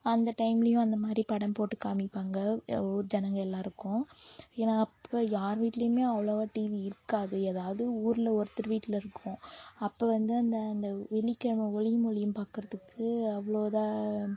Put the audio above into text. அந்த டைம்லேயும் அந்த மாதிரி படம் போட்டு காமிப்பாங்க ஊர் ஜனங்கள் எல்லாேருக்கும் ஏன்னால் அப்போ யார் வீட்லேயுமே அவ்வளவா டிவி இருக்காது எதாவது ஊரில் ஒருத்தர் வீட்டில் இருக்கும் அப்போ வந்து அந்த அந்த வெள்ளிக் கெழம ஒளியும் ஒலியும் பார்க்கறத்துக்கு அவ்வளோ இதாக